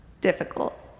difficult